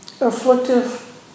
afflictive